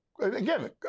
again